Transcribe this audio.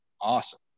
awesome